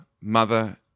mother